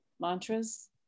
mantras